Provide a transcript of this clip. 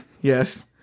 Yes